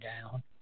down